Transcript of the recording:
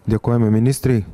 dėkojame ministrei